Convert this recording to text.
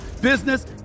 business